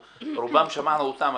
רובם, שמענו אותם.